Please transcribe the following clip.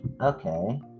Okay